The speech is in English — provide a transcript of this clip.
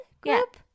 group